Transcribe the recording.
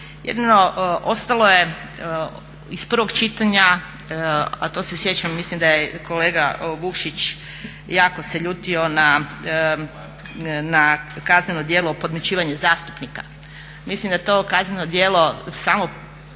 Jedino je ostalo iz prvog čitanja, a to se sjećam mislim da je kolega Vukšić jako se ljutio na kazneno djelo podmićivanje zastupnika. Mislim da to kazneno djelo samo